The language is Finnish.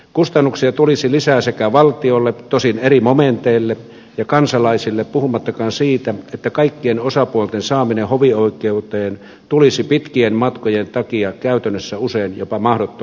kustannuksia tulisi lisää sekä valtiolle tosin eri momenteille että kansalaisille puhumattakaan siitä että kaikkien osapuolten saaminen hovioikeuteen tulisi pitkien matkojen takia käytännössä usein jopa mahdottomaksi